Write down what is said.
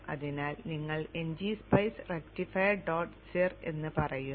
അതിനാൽ നിങ്ങൾ ngSpice rectifier dot cir എന്ന് പറയുന്നു